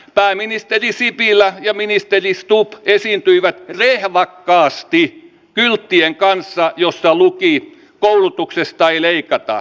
pääministeri sipilä ja ministeri stubb esiintyivät rehvakkaasti kylttien kanssa joissa luki koulutuksesta ei leikata